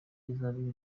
kizabera